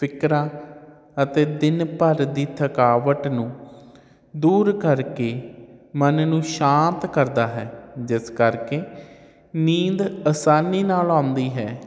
ਫਿਕਰਾਂ ਅਤੇ ਦਿਨ ਭਰ ਦੀ ਥਕਾਵਟ ਨੂੰ ਦੂਰ ਕਰਕੇ ਮਨ ਨੂੰ ਸ਼ਾਂਤ ਕਰਦਾ ਹੈ ਜਿਸ ਕਰਕੇ ਨੀਂਦ ਆਸਾਨੀ ਨਾਲ ਆਉਂਦੀ ਹੈ